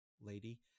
lady